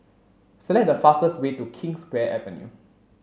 select the fastest way to Kingswear Avenue